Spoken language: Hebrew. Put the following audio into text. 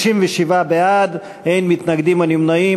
62): 67 בעד, אין מתנגדים ואין נמנעים.